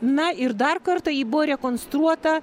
na ir dar kartą ji buvo rekonstruota